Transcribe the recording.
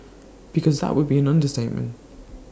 because that would be an understatement